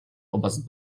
oberst